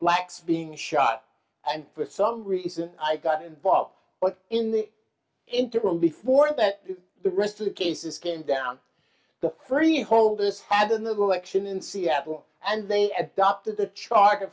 lax being shot and for some reason i got involved but in the interim before that the rest of the cases came down the freeholders had in the election in seattle and they adopted the charter